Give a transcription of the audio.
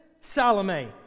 Salome